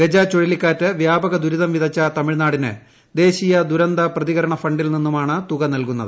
ഗജ ചുഴലിക്കാറ്റ് വ്യാപക ദുരിതം വിതച്ച തമിഴ്നാടിന് ദേശീയ ദുരന്ത പ്രതികരണ ഫണ്ടിൽ നിന്നുമാണ് തുക നല്കുന്നത്